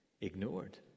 ignored